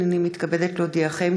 הנני מתכבדת להודיעכם,